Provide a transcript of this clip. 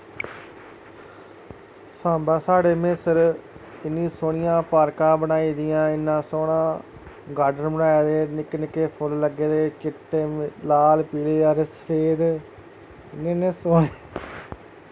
सांबा साढ़े म्हेसर इ'न्नी सोह्नियां पार्कां बनाई दियां इ'न्ना सोह्ना गार्डन बनाए दे निक्के निक्के फुल्ल लग्गे दे चिट्टे लाल पीले हरे सफेद इ'न्ने इ''न्ने सोह्ने